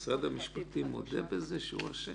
משרד המשפטים מודה בזה שהוא אשם?